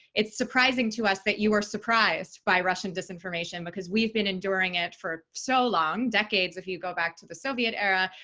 it's surprising to us that you are surprised by russian disinformation, because we've been enduring it for so long, decades, if you go back to the soviet era.